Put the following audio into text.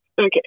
Okay